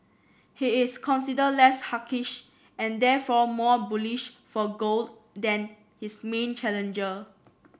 he is considered less hawkish and therefore more bullish for gold than his main challenger